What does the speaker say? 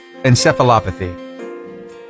encephalopathy